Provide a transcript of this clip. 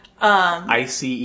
ICE